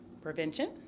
prevention